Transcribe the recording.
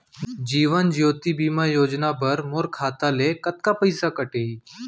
जीवन ज्योति बीमा योजना बर मोर खाता ले कतका पइसा कटही?